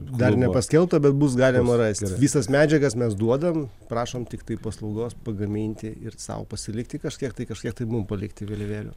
dar nepaskelbta bet bus galima rast visas medžiagas mes duodam prašom tiktai paslaugos pagaminti ir sau pasilikti kažkiek tai kažkiek tai mum palikti vėliavėlių